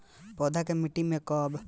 पौधा के मिट्टी में कब लगावे के चाहि?